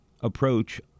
approach